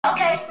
Okay